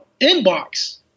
inbox